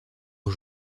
aux